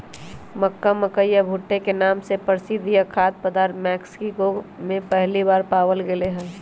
मक्का, मकई या भुट्टे के नाम से प्रसिद्ध यह खाद्य पदार्थ मेक्सिको में पहली बार पावाल गयले हल